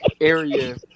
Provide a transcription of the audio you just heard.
area